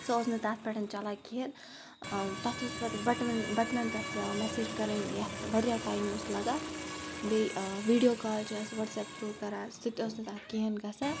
سُہ اوس نہٕ تَتھ پٮ۪ٹھ چَلان کِہیٖنۍ تَتھ اوس مطلب بَٹنَن بَٹنَن پٮ۪ٹھ پٮ۪وان مٮ۪سیج کَرٕنۍ یَتھ واریاہ ٹایم اوس لَگان بیٚیہِ ویٖڈیو کال چھِ اَز وَٹسیپ تھرٛوٗ کَران سُہ تہِ اوس نہٕ تَتھ کِہیٖنۍ گژھان